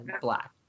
black